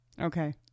Okay